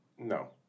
No